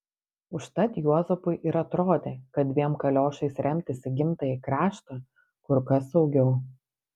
užtat juozapui ir atrodė kad dviem kaliošais remtis į gimtąjį kraštą kur kas saugiau